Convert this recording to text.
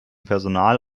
personal